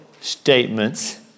statements